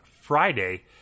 Friday